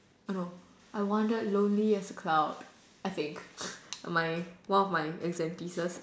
no I wandered lonely as a cloud I think my one of my exam pieces